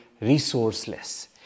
resourceless